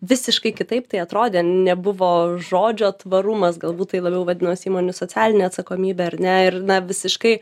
visiškai kitaip tai atrodė nebuvo žodžio tvarumas galbūt tai labiau vadinosi įmonių socialinė atsakomybė ar ne ir na visiškai